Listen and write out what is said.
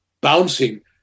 bouncing